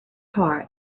heart